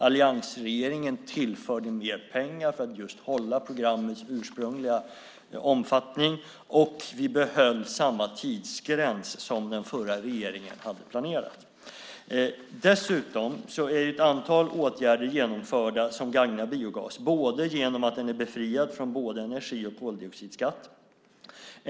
Alliansregeringen tillförde mer pengar för att just hålla programmets ursprungliga omfattning, och vi behöll samma tidsgräns som den förra regeringen hade planerat. Dessutom är ett antal åtgärder genomförda som gagnar biogas, bland annat genom att den är befriad från både energi och koldioxidskatter.